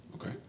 Okay